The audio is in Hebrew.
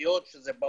הסביבה שהם ידברו